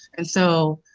and so